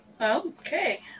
Okay